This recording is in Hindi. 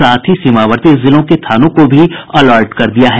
साथ ही सीमावर्ती जिलों के थानों को भी अलर्ट कर दिया गया है